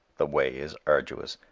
the way is arduous.